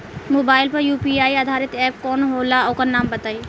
Mobile म UPI आधारित app कौन होला ओकर नाम बताईं?